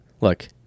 look